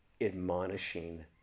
admonishing